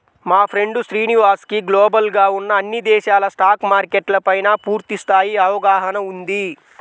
మా ఫ్రెండు శ్రీనివాస్ కి గ్లోబల్ గా ఉన్న అన్ని దేశాల స్టాక్ మార్కెట్ల పైనా పూర్తి స్థాయి అవగాహన ఉంది